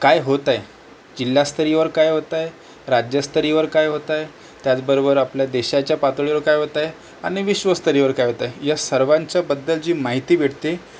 काय होतंय जिल्हास्तरावर काय होतंय राज्यस्तरावर काय होतंय त्याचबरोबर आपल्या देशाच्या पातळीवर काय होतंय आणि विश्वस्तरावर काय होतंय या सर्वांच्याबद्दल जी माहिती भेटते